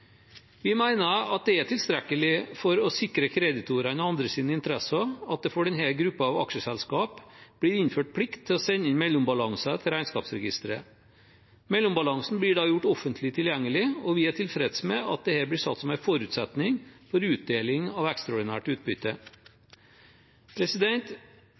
det er tilstrekkelig for å sikre kreditorenes og andres interesser at det for denne gruppen aksjeselskap blir innført plikt til å sende inn mellombalanser til Regnskapsregisteret. Mellombalansen blir da gjort offentlig tilgjengelig, og vi er tilfreds med at dette blir satt som en forutsetning for utdeling av ekstraordinært utbytte.